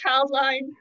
Childline